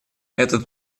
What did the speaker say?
этот